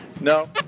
No